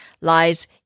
lies